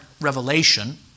revelation